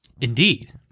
Indeed